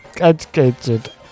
educated